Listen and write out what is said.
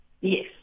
Yes